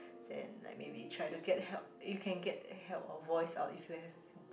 then like maybe try to get help you can get help or voice out if you have